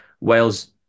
wales